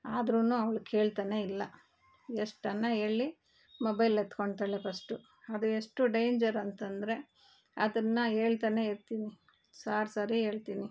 ಆದ್ರು ಅವಳು ಕೇಳ್ತಾನೆ ಇಲ್ಲ ಎಷ್ಟು ಅನ್ನ ಹೇಳ್ಳಿ ಮೊಬೈಲ್ ಎತ್ಕೊತಾಳೆ ಫಸ್ಟು ಅದು ಎಷ್ಟು ಡೇಂಜರ್ ಅಂತಂದರೆ ಅದನ್ನ ಹೇಳ್ತಾನೆ ಇರ್ತೀನಿ ಸಾವಿರ ಸರಿ ಹೇಳ್ತೀನಿ